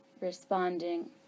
responding